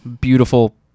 beautiful